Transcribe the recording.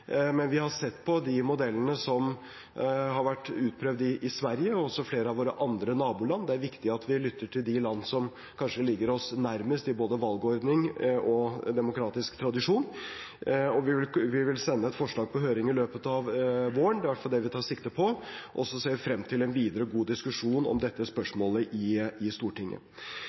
men vi har sett på de modellene som har vært utprøvd i Sverige og også i flere av våre andre naboland. Det er viktig at vi lytter til de land som kanskje ligger oss nærmest i både valgordning og demokratisk tradisjon. Vi vil sende et forslag på høring i løpet av våren – det er i hvert fall det vi tar sikte på – og så ser vi frem til en videre god diskusjon om dette